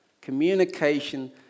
Communication